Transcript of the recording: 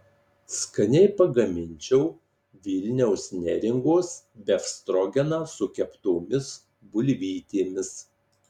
skaniai pagaminčiau vilniaus neringos befstrogeną su keptomis bulvytėmis